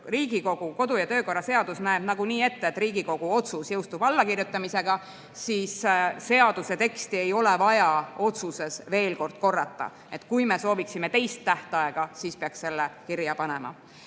Riigikogu kodu- ja töökorra seadus näeb nagunii ette, et Riigikogu otsus jõustub allakirjutamisega, siis seaduse teksti ei ole vaja enam otsuses korrata. Kui me sooviksime teist tähtaega, siis selle peaks kirja panema.